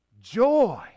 joy